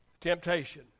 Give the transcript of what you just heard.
temptation